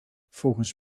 volgens